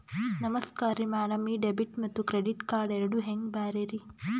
ನಮಸ್ಕಾರ್ರಿ ಮ್ಯಾಡಂ ಈ ಡೆಬಿಟ ಮತ್ತ ಕ್ರೆಡಿಟ್ ಕಾರ್ಡ್ ಎರಡೂ ಹೆಂಗ ಬ್ಯಾರೆ ರಿ?